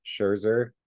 Scherzer